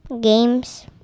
Games